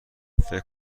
فکر